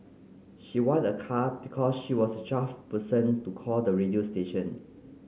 she won a car because she was twelfth person to call the radio station